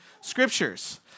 scriptures